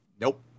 Nope